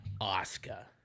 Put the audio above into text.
oscar